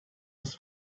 was